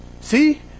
See